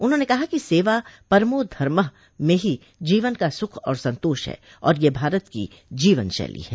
उन्होंने कहा कि सेवा परमो धमः में ही जीवन का सुख और संतोष है और ये भारत की जीवन शैली है